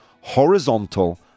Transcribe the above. horizontal